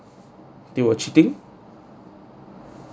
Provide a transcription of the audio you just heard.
they were cheating